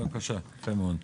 בבקשה, יפה מאוד.